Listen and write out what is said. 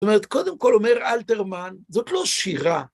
זאת אומרת, קודם כל אומר אלתרמן, זאת לא שירה.